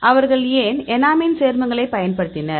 அவர்கள் ஏன் எனமைன் சேர்மங்களைப் பயன்படுத்தினர்